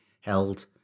held